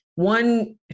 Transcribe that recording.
One